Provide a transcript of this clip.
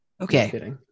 Okay